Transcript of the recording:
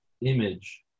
image